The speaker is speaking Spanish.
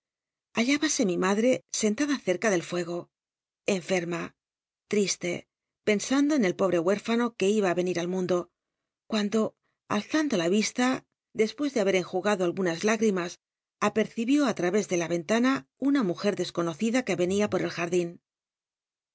c mi maiste pendre sentada cerca del fuego enferma triste pensando en el pobre huérfano que iba ti cnir al mundo cuando alzando la vista dcspucs de haber enjugado algunas higrimas a jcrcibió li tr és de la entana una mujet desconocida que cnia por el jardin